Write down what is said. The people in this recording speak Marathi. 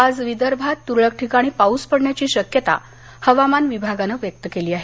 आज विदर्भात तुरळक ठिकाणी पाऊस पडण्याची शक्यता हवामान विभागानं व्यक्त केली आहे